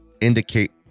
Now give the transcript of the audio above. indicate